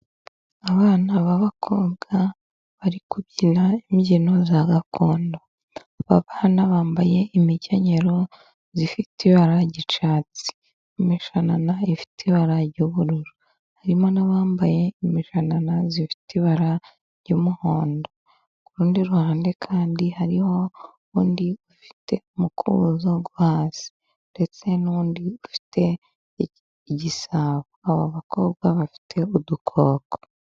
Abana b'abakobwa, bari kubyina imbyino za gakondo. Abanaana bambaye imikenyero ifite ibara ry'icyatsi, imishanana ifite ibara ry'ubururu, harimo n'abambaye imishanana ifite ibara ry'umuhondo. Ku rundi ruhande kandi hariho undi ufite umukubuzo wo hasi, ndetse n'undi ufite igisabo. Aba bakobwa bafite udukoko.